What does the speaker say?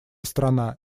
страна